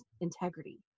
integrity